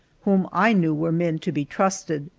whom i knew were men to be trusted,